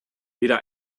weder